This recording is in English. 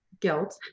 guilt